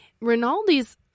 Rinaldi's